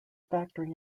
factory